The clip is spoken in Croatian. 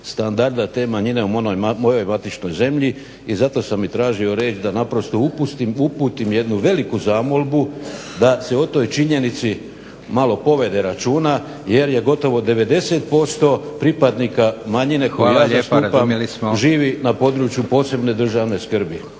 standarda te manjine u mojoj matičnoj zemlji. I zato sam i tražio riječ da naprosto uputim jednu veliku zamolbu da se o toj činjenici malo povede računa jer je gotovo 90% pripadnika manjine koju ja zastupam živi na području posebne državne skrbi.